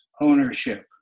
ownership